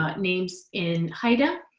ah names in haida.